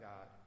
God